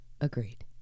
Agreed